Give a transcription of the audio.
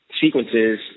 sequences